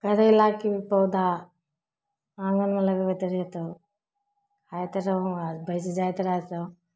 करैलाके पौधा आँगनमे लगबैत रहिए तऽ खाइत रहू आओर बचि जाइत रहै सऽ